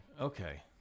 Okay